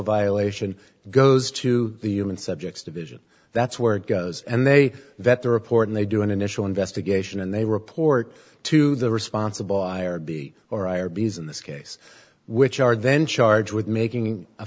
violation goes to the human subjects division that's where it goes and they vet the report and they do an initial investigation and they report to the responsible i or the or i or b s in this case which are then charged with making a